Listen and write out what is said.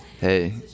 Hey